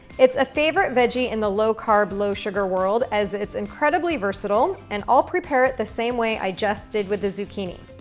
it's a favorite veggie in the low carb, low sugar world as it's incredibly versatile and i'll prepare it the same way i just did with the zucchini.